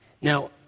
Now